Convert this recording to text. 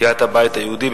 מסיעת הבית היהודי.